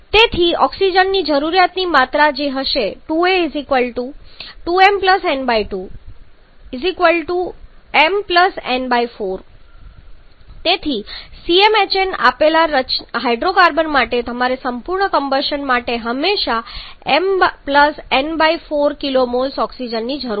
તેથી ઓક્સિજનની જરૂરિયાતની માત્રા જે હશે 2 a 2m n2 a m n4 તેથી CmHn રચના આપેલ હાઇડ્રોકાર્બન માટે તમારે સંપૂર્ણ કમ્બશન માટે હંમેશા m n4 kmols ઓક્સિજનની જરૂર પડશે